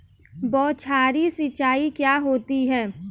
बौछारी सिंचाई क्या होती है?